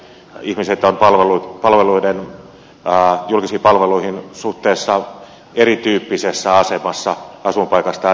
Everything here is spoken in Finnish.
ihmiset ovat julkisiin palveluihin suhteessa erityyppisessä asemassa asuinpaikastaan riippuen